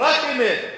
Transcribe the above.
רק אמת.